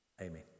Amen